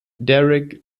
derrick